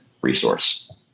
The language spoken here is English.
resource